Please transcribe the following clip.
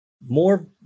more